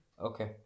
Okay